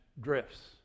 drifts